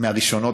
מהראשונות,